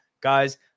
guys